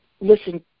listen